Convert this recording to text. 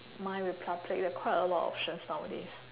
MyRepublic like quite a lot of options nowadays